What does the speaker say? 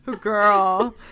Girl